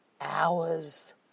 hours